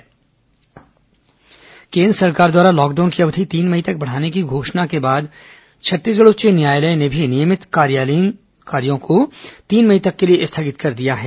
corona high court केन्द्र सरकार द्वारा लॉकडाउन की अवधि तीन मई तक बढ़ाने की घोषणा के बाद छत्तीसगढ़ उच्च न्यायालय ने भी नियमित न्यायालीन कार्यों को तीन मई तक के लिए स्थगित कर दिया है